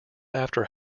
after